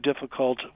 difficult